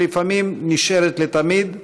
שלפעמים נשארת לתמיד,